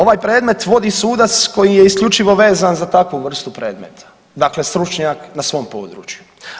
Ovaj predmet vodi sudac koji je isključivo vezan za takvu vrstu predmeta, dakle stručnjak na svom području.